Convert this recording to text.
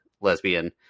lesbian